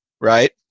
right